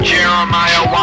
Jeremiah